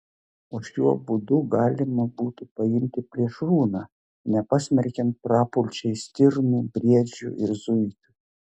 o šiuo būdu galima būtų paimti plėšrūną nepasmerkiant prapulčiai stirnų briedžių ir zuikių